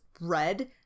red